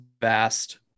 vast